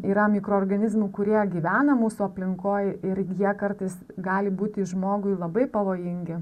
yra mikroorganizmų kurie gyvena mūsų aplinkoj ir jie kartais gali būti žmogui labai pavojingi